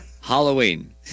Halloween